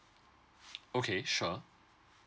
okay sure